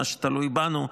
מה שתלוי בנו,